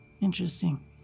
Interesting